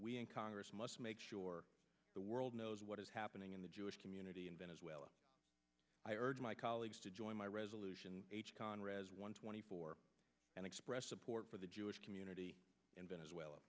we in congress must make sure the world knows what is happening in the jewish community in venezuela i urge my colleagues to join my resolution conrads one twenty four and express support for the jewish community in venezuela